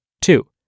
Two